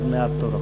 עוד מעט תורו.